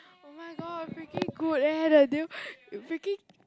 oh my god freaking good eh the deal freaking